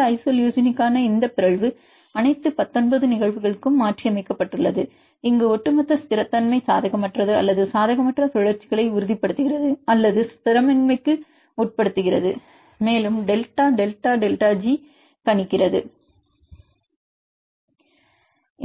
இந்த ஐசோலூசினுக்கான இந்த பிறழ்வு அனைத்து 19 நிகழ்வுகளுக்கும் மாற்றியமைக்கப்பட்டுள்ளது இங்கு ஒட்டுமொத்த ஸ்திரத்தன்மை சாதகமற்றது அல்லாத சாதகமற்ற சுழற்சிகளை உறுதிப்படுத்துகிறது அல்லது ஸ்திரமின்மைக்கு உட்படுத்துகிறது மேலும் டெல்டா டெல்டா டெல்டா ஜி கணிக்கிறது